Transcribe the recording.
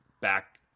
back